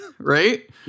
right